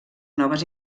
noves